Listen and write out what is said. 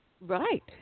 Right